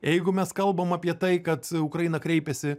jeigu mes kalbam apie tai kad ukraina kreipėsi